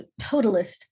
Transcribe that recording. totalist